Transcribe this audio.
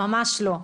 ממש לא.